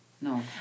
no